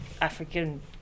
African